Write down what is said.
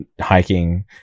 hiking